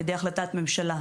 על ידי החלטת ממשלה,